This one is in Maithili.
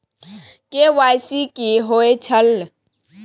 के.वाई.सी कि होई छल?